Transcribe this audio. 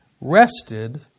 rested